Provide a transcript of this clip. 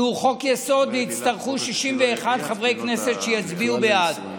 שהוא חוק-יסוד, ויצטרכו 61 חברי כנסת שיצביעו בעד.